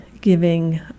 giving